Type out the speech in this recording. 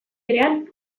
berean